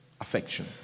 affection